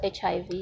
HIV